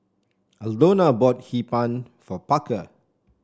Aldona bought Hee Pan for Parker